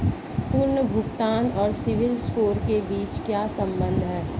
पुनर्भुगतान और सिबिल स्कोर के बीच क्या संबंध है?